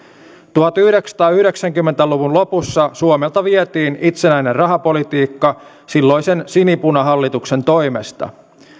tuhatyhdeksänsataayhdeksänkymmentä luvun lopussa suomelta vietiin itsenäinen rahapolitiikka silloisen sinipunahallituksen toimesta